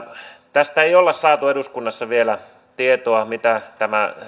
tästä ei olla saatu eduskunnassa vielä tietoa mitä tämä